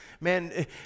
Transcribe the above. Man